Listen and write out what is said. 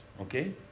okay